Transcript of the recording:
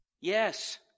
Yes